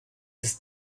ist